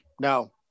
No